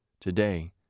Today